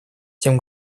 тем